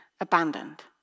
abandoned